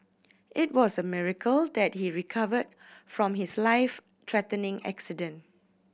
it was a miracle that he recovered from his life threatening accident